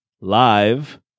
live